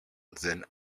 δεν